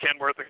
Kenworth